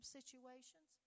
situations